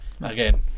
again